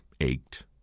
ached